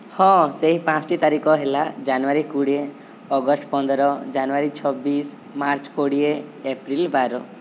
ହଁ ସେହି ପାଞ୍ଚ୍ଟି ତାରିଖ ହେଲା ଜାନୁଆରୀ କୋଡ଼ିଏ ଅଗଷ୍ଟ୍ ପନ୍ଦର ଜାନୁଆରୀ ଛବିଶ ମାର୍ଚ୍ଚ୍ କୋଡ଼ିଏ ଏପ୍ରିଲ୍ ବାର